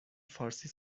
فارسی